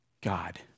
God